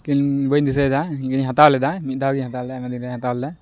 ᱵᱟᱹᱧ ᱫᱤᱥᱟᱹᱭᱫᱟ ᱦᱟᱛᱟᱣ ᱞᱮᱫᱟ ᱢᱤᱫ ᱫᱷᱟᱣᱜᱮᱧ ᱦᱟᱛᱟᱣ ᱞᱮᱫᱟ ᱟᱭᱢᱟ ᱫᱤᱱᱨᱮᱧ ᱦᱟᱛᱟᱣ ᱞᱮᱫᱟ